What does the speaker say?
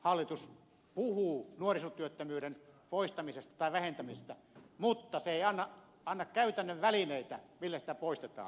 hallitus puhuu nuorisotyöttömyyden poistamisesta tai vähentämisestä mutta se ei anna käytännön välineitä joilla sitä poistetaan